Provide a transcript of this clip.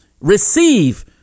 receive